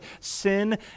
sin